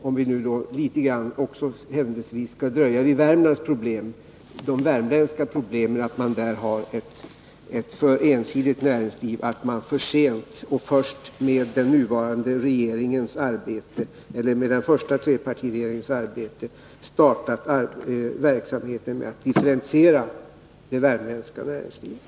Om vi nu händelsvis skall dröja litet grand vid Värmlands problem, så är det bekant att man där har ett för ensidigt näringsliv och för sent — nämligen inte förrän med den första trepartiregeringens arbete — har startat verksamheten med att differentiera det.